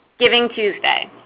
giving tuesday.